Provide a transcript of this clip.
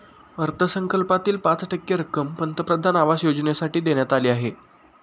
अर्थसंकल्पातील पाच टक्के रक्कम पंतप्रधान आवास योजनेसाठी देण्यात आली आहे